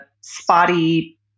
spotty